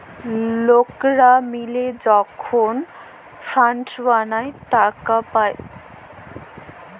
লকরা মিলে যখল ফাল্ড বালাঁয় টাকা পায়